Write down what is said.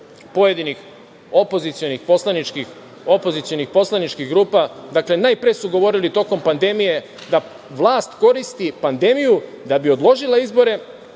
pojedinih opozicionih poslaničkih grupa. Najpre su govorili tokom pandemije da vlast koristi pandemiju da bi odložila izbore,